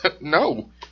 No